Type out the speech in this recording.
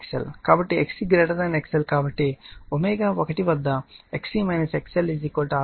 కాబట్టి XC XL కాబట్టి ω1 వద్ద XC XL R అవుతుంది